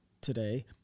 today